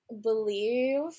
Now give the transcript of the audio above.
believe